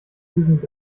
diesen